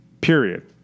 period